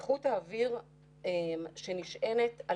בדיקה, אני יכולה לדבר רק בשם